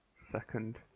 second